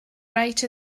rate